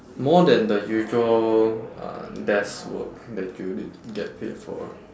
more than the usual uh desk work that you get paid for